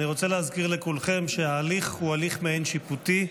אני רוצה להזכיר לכולכם שההליך הוא הליך מעין-שיפוטי.